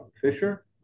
Fisher